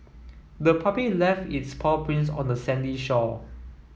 the puppy left its paw prints on the sandy shore